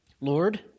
Lord